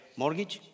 mortgage